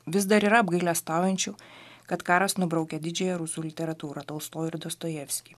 vis dar yra apgailestaujančių kad karas nubraukė didžiąją rusų literatūrą tolstojų ir dostojevskį